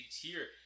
tier